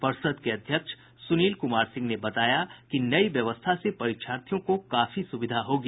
पर्षद के अध्यक्ष सुनील कुमार सिंह ने बताया कि नई व्यवस्था से परीक्षार्थियों को काफी सुविधा होगी